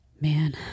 Man